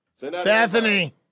Bethany